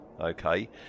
okay